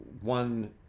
one